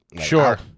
Sure